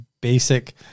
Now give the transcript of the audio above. basic